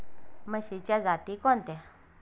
म्हशीच्या जाती कोणत्या?